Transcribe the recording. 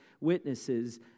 witnesses